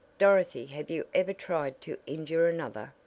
dorothy have you ever tried to injure another?